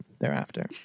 thereafter